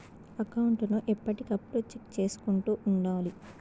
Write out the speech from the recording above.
account ను ఎప్పటికప్పుడు check చేసుకుంటూ ఉండాలి